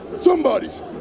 somebody's